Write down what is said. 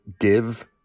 give